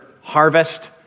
harvest